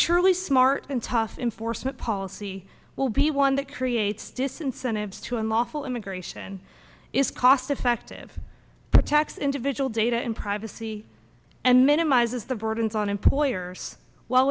surely smart and toss in force that policy will be one that creates disincentives to unlawful immigration is cost effective to tax individual data in privacy and minimizes the burdens on employers while